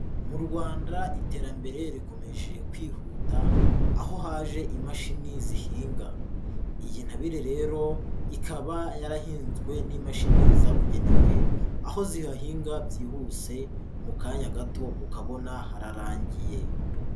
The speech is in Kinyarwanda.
Mu Rwanda iterambere rikomeje kwihuta, aho haje imashini zihinga, iyi ntabire rero ikaba yarahinzwe n'imashini zabugenewe, aho zihahinga byihuse, mu kanya gato ukabona hararangiye.